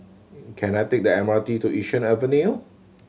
can I take the M R T to Yishun Avenue